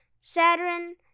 Saturn